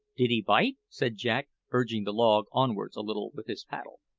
did he bite? said jack, urging the log onwards a little with his paddle.